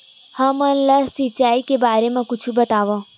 हमन ला सिंचाई के बारे मा कुछु बतावव?